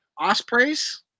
Ospreys